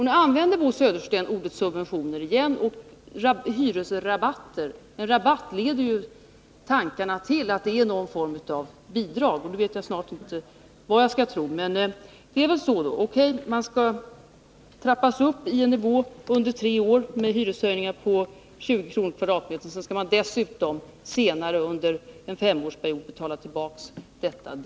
Nu använder Bo Södersten ordet subventioner igen och även ordet hyresrabatter. Ordet rabatt leder tankarna till att det är fråga om någon form av bidrag. Nu vet jag snart inte vad jag skall tro, men det är väl så att det är ravatter ni vill ha: Hyran skall trappas upp med 20 kr. per kvadratmeter och år under en treårsperiod, och senare skall hyresgästerna under en femårsperiod betala tillbaka dessa rabatter.